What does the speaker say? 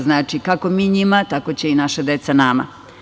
Znači, kako mi njima, tako će i naša deca nama.